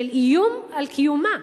של איום על קיומה,